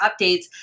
updates